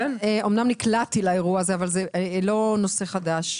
אמנם נקלעתי לאירוע הזה אבל זה לא נושא חדש.